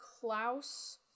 Klaus